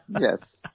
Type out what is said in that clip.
Yes